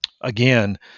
Again